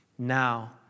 Now